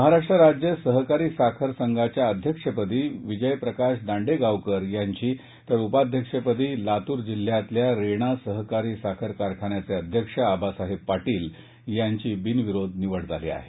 महाराष्ट्र राज्य सहकारी साखर संघाच्या अध्यक्षपदी विजयप्रकाश दांडेगावकर यांची तर उपाध्यक्षपदी लातूर जिल्ह्यातल्या रेणा सहकारी साखर कारखान्याचे अध्यक्ष आबासाहेब पाटील यांची बिनविरोध निवड झाली आहे